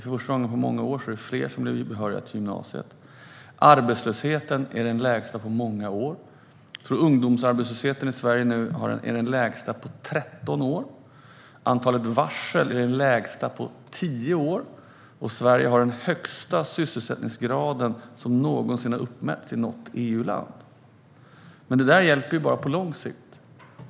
För första gången på många år blir fler behöriga till gymnasiet. Arbetslösheten är den lägsta på många år. Jag tror att ungdomsarbetslösheten i Sverige nu är den lägsta på 13 år. Antalet varsel är det minsta på tio år. Sverige har den högsta sysselsättningsgraden som någonsin har uppmätts i något EU-land. Detta hjälper dock bara på lång sikt.